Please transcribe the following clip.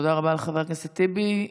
תודה רבה לחבר הכנסת טיבי.